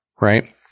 right